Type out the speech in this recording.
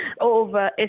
over